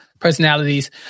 personalities